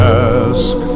ask